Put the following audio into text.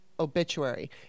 Obituary